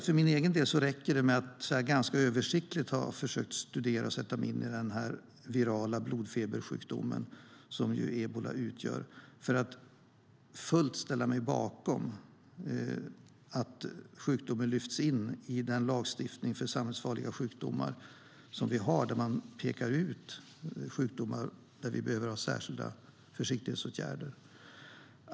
För min egen del räcker det med att ganska översiktligt ha försökt studera och sätta mig in i den virala blodfebersjukdom som ebola utgör för att helt ställa mig bakom att sjukdomen lyfts in i den lagstiftning för samhällsfarliga sjukdomar som vi har och där sjukdomar pekas ut för vilka vi behöver ha särskilda försiktighetsåtgärder.